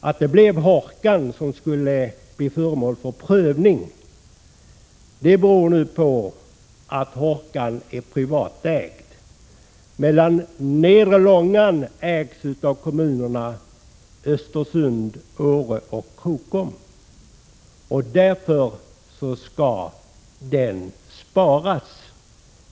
Att det blev Hårkan som skulle bli föremål för prövning beror nu på att Hårkan är privatägd, medan nedre Långan ägs av kommunerna Östersund, Åre och Krokom. Därför skall den sparas.